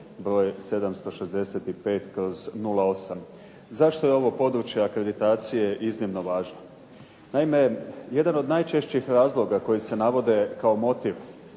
broj 765/08. Zašto je ovo područje akreditacije iznimno važno. Naime, jedan od najčešćih razloga koji se navode kao motiv,